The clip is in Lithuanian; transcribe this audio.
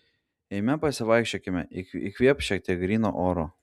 eime pasivaikščiokime įkvėpk šiek tiek gryno oro